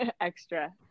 Extra